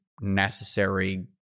necessary